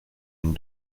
une